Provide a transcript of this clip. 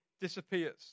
disappears